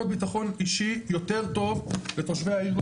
ביטחון אישי יותר טוב לתושבי העיר,